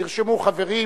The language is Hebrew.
נרשמו חברים.